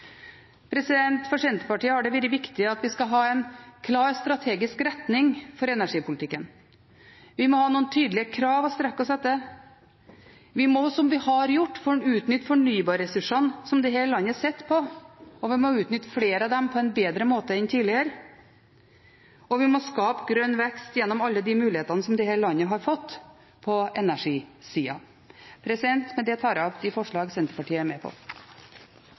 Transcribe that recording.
skal ha en klar strategisk retning for energipolitikken. Vi må ha noen tydelige krav å strekke oss etter. Vi må – som vi har gjort – utnytte fornybarressursene som dette landet sitter på, vi må utnytte flere av dem på en bedre måte enn tidligere, og vi må skape grønn vekst gjennom alle de mulighetene som dette landet har fått på energisiden. Med det tar jeg opp de forslagene Senterpartiet er med på.